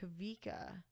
Kavika